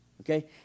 Okay